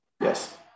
Yes